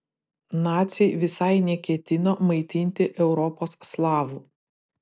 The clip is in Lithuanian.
naciai visai neketino maitinti europos slavų